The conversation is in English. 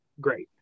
Great